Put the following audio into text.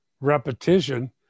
repetition